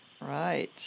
Right